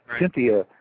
Cynthia